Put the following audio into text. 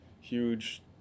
huge